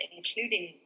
including